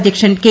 അധ്യക്ഷൻ കെ